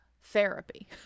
therapy